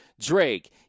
Drake